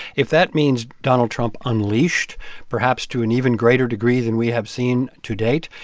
if that means donald trump unleashed perhaps to an even greater degree than we have seen to date,